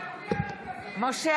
(קוראת בשם חבר הכנסת) משה